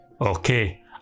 Okay